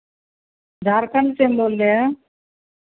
झारखंड से बोल रहे हैं